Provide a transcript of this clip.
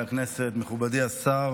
הכנסת יונתן מישרקי להציג את הצעת החוק.